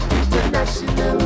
international